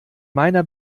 meiner